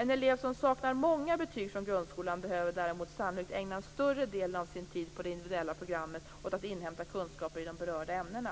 En elev som saknar många betyg från grundskolan behöver däremot sannolikt ägna större delen av sin tid på det individuella programmet åt att inhämta kunskaper i de berörda ämnena.